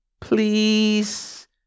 please